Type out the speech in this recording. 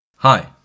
Hi